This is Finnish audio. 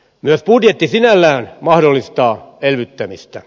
myös budjetti sinällään mahdollistaa elvyttämisen